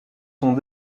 sont